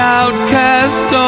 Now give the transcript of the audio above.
outcast